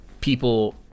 people